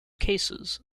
cases